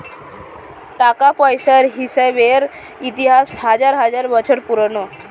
টাকা পয়সার হিসেবের ইতিহাস হাজার হাজার বছর পুরোনো